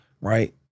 right